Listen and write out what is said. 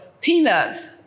peanuts